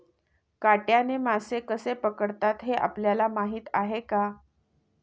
काट्याने मासे कसे पकडतात हे आपल्याला माहीत आहे का?